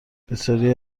بسیاری